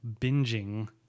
binging